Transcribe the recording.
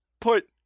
put